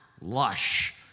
lush